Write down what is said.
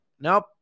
Nope